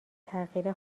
تغییر